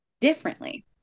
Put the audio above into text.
differently